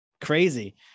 crazy